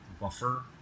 Buffer